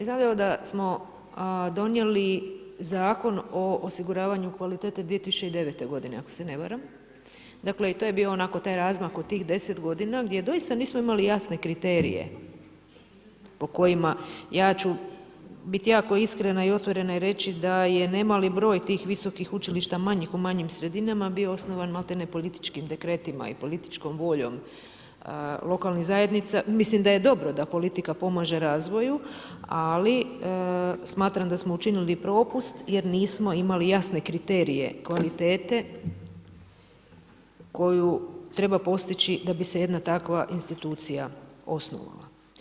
Znademo da smo donijeli Zakon o osiguravanju kvalitete 2009. godine ako se ne varam i to je bio taj razmak od tih 10 godina gdje doista nismo imali jasne kriterije po kojima, ja ću biti jako iskrena i otvorena i reći da je nemali broj tih visokih učilišta manjih u manjim sredinama bio osnovan maltene političkim dekretima i političkom voljom lokalnih zajednica, mislim da je dobro da politika pomaže razvoju, ali smatram da smo učinili propust jer nismo imali jasne kriterije kvalitete koju treba postići da bi se jedna takva institucija osnovala.